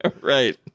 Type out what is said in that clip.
Right